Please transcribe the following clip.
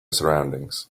surroundings